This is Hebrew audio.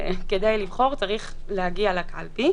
כדי לבחור צריך להגיע לקלפי.